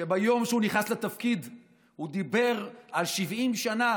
שביום שהוא נכנס לתפקיד הוא דיבר על 70 שנה